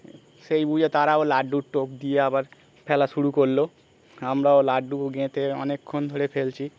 সেই বুঝে তারাও লাড্ডুর টোপ দিয়ে আবার ফেলা শুরু করলো আমরাও লাড্ডুও গেঁঠে অনেকক্ষণ ধরে ফেলছি